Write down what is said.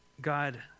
God